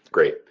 great.